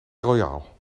royal